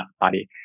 body